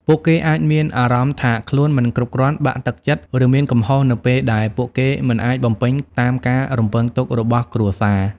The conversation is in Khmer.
ពួកគេអាចមានអារម្មណ៍ថាខ្លួនមិនគ្រប់គ្រាន់ បាក់ទឹកចិត្ត ឬមានកំហុសនៅពេលដែលពួកគេមិនអាចបំពេញតាមការរំពឹងទុករបស់គ្រួសារ។